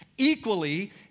equally